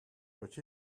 but